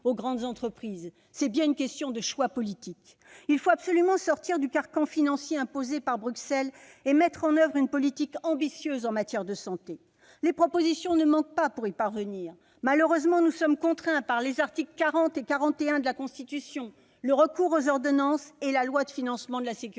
aux grandes entreprises. C'est bien une question de choix politique ! Il faut absolument sortir du carcan financier imposé par Bruxelles et mettre en oeuvre une politique ambitieuse en matière de santé. Les propositions ne manquent pas pour y parvenir. Malheureusement, nous sommes contraints par les articles 40 et 41 de la Constitution, par le recours aux ordonnances, et par la loi de financement de la sécurité